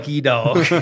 dog